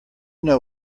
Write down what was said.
know